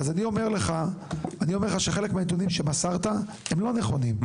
אז אני אומר לך שחלק מהנתונים שמסרת הם לא נכונים.